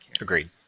Agreed